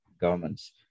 governments